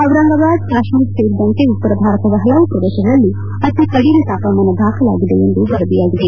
ಡಿರಂಗಬಾದ್ ಕಾಶ್ಮೀರ್ ಸೇರಿದಂತೆ ಉತ್ತರ ಭಾರತದ ಪಲವು ಪ್ರದೇಶಗಳಲ್ಲಿ ಅತಿ ಕಡಿಮೆ ತಾಪಮಾನ ದಾಖಲಾಗಿದೆ ಎಂದು ವರದಿಯಾಗಿದೆ